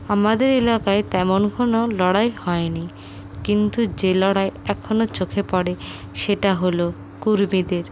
আমাদের এলাকায় তেমন কোনও লড়াই হয়নি কিন্তু যে লড়াই এখনও চোখে পড়ে সেটা হল কুরবেদের